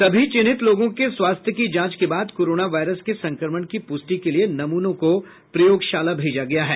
सभी चिन्हित लोगों के स्वास्थ्य की जांच के बाद कोरोना वायरस के संक्रमण की पुष्टि के लिये नमूनों को प्रयोगशाला भेजा गया है